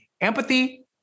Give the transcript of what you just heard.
empathy